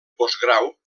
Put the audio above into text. postgrau